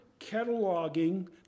cataloging